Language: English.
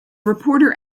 reporter